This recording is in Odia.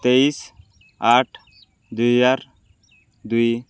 ତେଇଶ ଆଠ ଦୁଇ ହଜାର ଦୁଇ